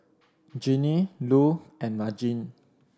Ginny Lu and Margene